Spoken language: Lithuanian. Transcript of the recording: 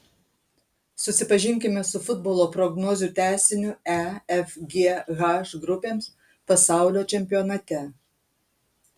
susipažinkime su futbolo prognozių tęsiniu e f g h grupėms pasaulio čempionate